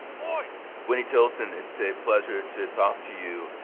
ah whitney tilson, it's a pleasure to talk to you.